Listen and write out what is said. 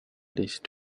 please